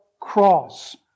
cross